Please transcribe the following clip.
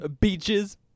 beaches